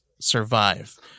survive